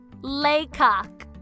Laycock